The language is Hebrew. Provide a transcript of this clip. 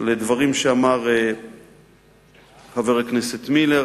לדברים שאמר חבר הכנסת מילר